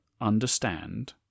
understand